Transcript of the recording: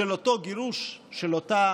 של אותו גירוש, של אותה